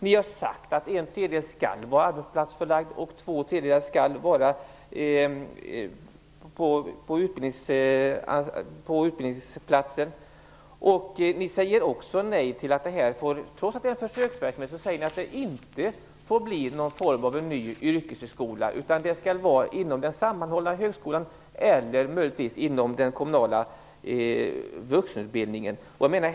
Ni har sagt att en tredjedel av utbildningstiden skall vara förlagd till en arbetsplats och två tredjedelar till en utbildningsplats. Trots att det är en försöksverksamhet säger ni att det inte får bli någon form av ny yrkeshögskola. Det skall vara inom den sammanhållna högskolan eller möjligtvis inom den kommunala vuxenutbildningen.